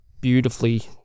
beautifully